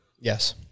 Yes